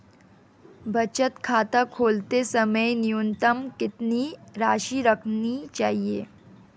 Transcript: बचत खाता खोलते समय न्यूनतम कितनी राशि रखनी चाहिए?